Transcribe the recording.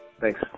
Thanks